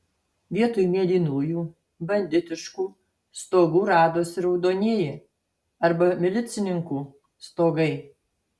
vietoj mėlynųjų banditiškų stogų radosi raudonieji arba milicininkų stogai